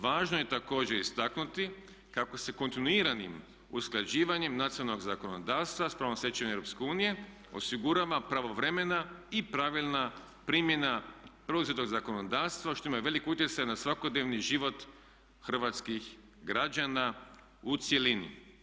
Važno je također istaknuti kako se kontinuiranjem usklađivanjem nacionalnog zakonodavstva sa pravnom stečevinom Europske unije osigurava pravovremena i pravilna primjena preuzetog zakonodavstva što ima veliki utjecaj na svakodnevni život hrvatskih građana u cjelini.